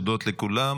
אתה רוצה להודות לכולם?